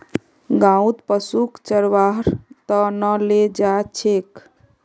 गाँउत पशुक चरव्वार त न ले जा छेक